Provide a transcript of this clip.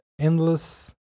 endless